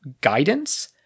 guidance